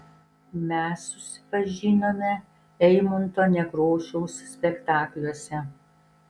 mes susipažinome eimunto nekrošiaus spektakliuose